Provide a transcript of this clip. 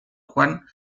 juan